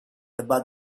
about